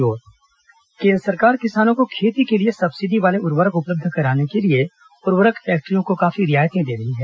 किसान उर्वरक केन्द्र सरकार किसानों को खेती के लिए सब्सिडी वाले उर्वरक उपलब्ध कराने के लिए उर्वरक फैक्टरियों को काफी रियायतें दे रही है